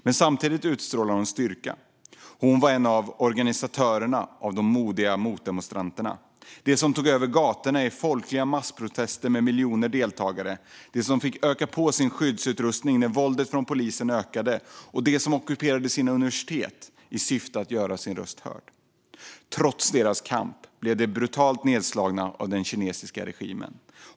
Men samtidigt utstrålade hon styrka. Hon var en av organisatörerna för de modiga motdemonstranterna, de som tog över gatorna i folkliga massprotester med miljoner deltagare, de som fick öka på sin skyddsutrustning när våldet från polisen ökade och de som ockuperade sina universitet i syfte att göra sina röster hörda. Trots deras kamp blev de brutalt nedslagna av den kinesiska regimen.